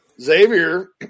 Xavier